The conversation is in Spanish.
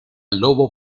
lobo